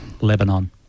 Lebanon